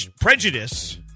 prejudice